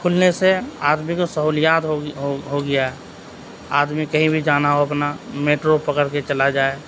کھلنے سے آدمی کو سہولیات ہو ہوگیا آدمی کہیں بھی جانا ہو اپنا میٹرو پکڑ کے چلا جائے